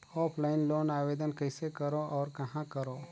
Offline loan आवेदन कइसे करो और कहाँ करो?